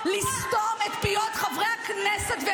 אני רוצה ייעוץ משפטי.